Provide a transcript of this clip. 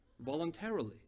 voluntarily